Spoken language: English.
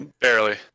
barely